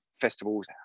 festivals